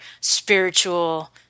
spiritual